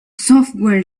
software